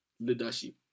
leadership